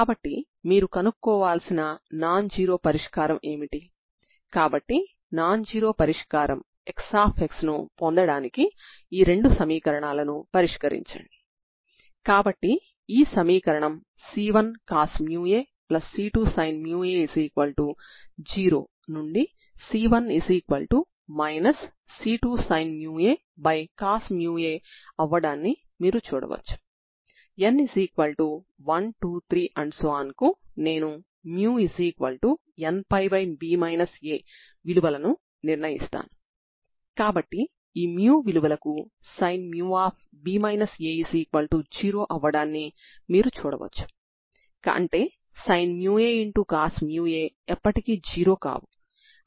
కాబట్టి నా సాధారణ పరిష్కారం x యొక్క అన్ని విలువలకు 0 అవుతుంది సరేనా